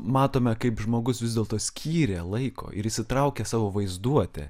matome kaip žmogus vis dėlto skyrė laiko ir įsitraukė savo vaizduotę